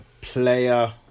Player